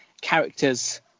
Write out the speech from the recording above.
characters